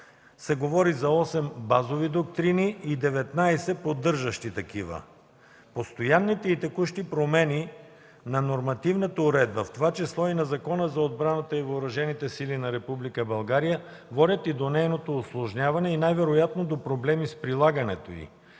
се говори за 8 базови доктрини и 19 поддържащи такива. Постоянните и текущи промени на нормативната уредба, в това число и на Закона за отбраната и въоръжените сили на Република България водят до нейното усложняване и най-вероятно до проблеми с прилагането й.